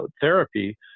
therapy